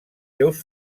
seus